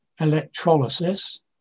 Electrolysis